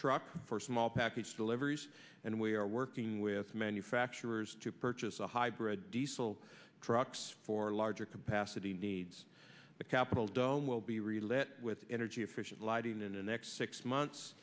truck for small package deliveries and we are working with manufacturers to purchase a hybrid diesel trucks for larger capacity needs the capitol dome will be real it with energy efficient lighting in the next six months